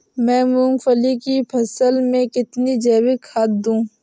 मैं मूंगफली की फसल में कितनी जैविक खाद दूं?